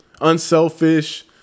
Unselfish